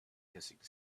hissing